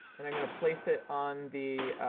and i'm going to place it on the,